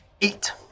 eight